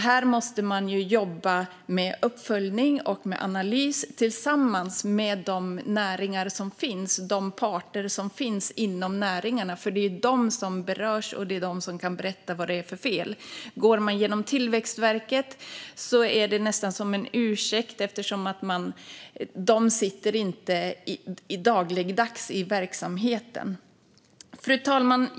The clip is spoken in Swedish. Här måste man jobba med uppföljning och analys tillsammans med de parter som finns inom näringarna, för det är de som berörs och det är de som kan berätta vad det är för fel. Går man via Tillväxtverket är det nästan som en ursäkt, eftersom de inte dagligdags befinner sig i verksamheten. Fru talman!